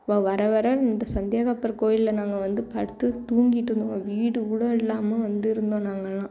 இப்போ வர வர இந்த சந்தியாகப்பர் கோவிலில் நாங்கள் வந்து படுத்து தூங்கிட்டு இருந்தோம் வீடு கூட இல்லாமல் வந்து இருந்தோம் நாங்கள்லாம்